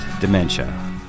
dementia